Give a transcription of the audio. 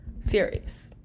series